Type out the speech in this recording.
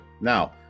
Now